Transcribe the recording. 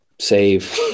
save